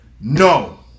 no